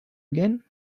again